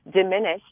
diminished